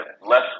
less